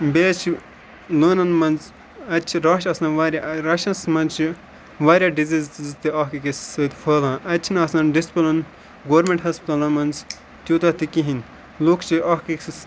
بیٚیہِ حظ چھِ لٲنَن منٛز اَتہِ چھِ رَش تہِ آسان واریاہ رَشَس منٛز چھِ واریاہ ڈِزیٖزٕز تہِ اَکھ أکِس سۭتۍ پھہلان اَتہِ چھِنہٕ آسان ڈِسپٕلٕن گورمٮ۪نٛٹ ہَسپَتالَن منٛز تیوٗتاہ تہِ کِہیٖنۍ لُکھ چھِ اَکھ أکِس